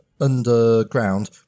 underground